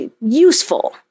useful